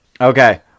Okay